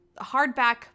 hardback